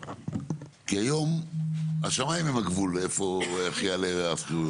כי היום השמיים הם הגבול לאיפה ואיך תעלה השכירות,